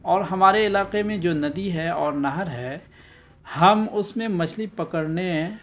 اور ہمارے علاقے میں جو ندی ہے اور نہر ہے ہم اس میں مچھلی پکڑنے